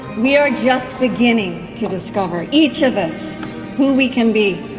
we are just beginning to discover each of us who we can be